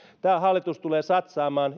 tämä hallitus tulee satsaamaan